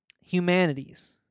humanities